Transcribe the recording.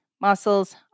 muscles